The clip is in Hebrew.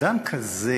אדם כזה